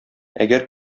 әгәр